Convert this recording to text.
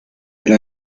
elle